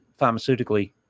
pharmaceutically